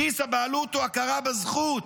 בסיס הבעלות הוא הכרה בזכות,